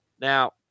Now